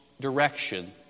direction